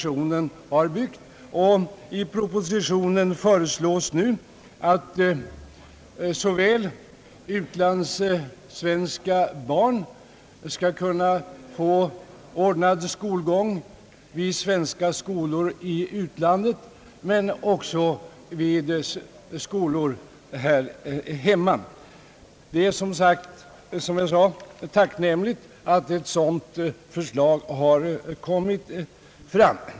I propositionen föreslås att utlandssvenskars barn skall kunna få ordnad skolgång såväl i svenska skolor i utlandet som i skolor här hemma. Som jag sade är det tacknämligt att ett sådant förslag har kommit fram.